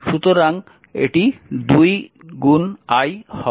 সুতরাং এটি 2 i হবে